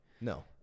No